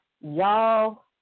y'all